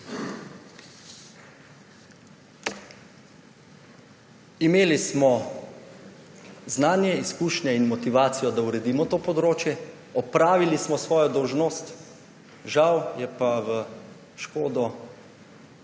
Imeli smo znanje, izkušnje in motivacijo, da uredimo to področje. Opravili smo svojo dolžnost. Žal je pa v škodo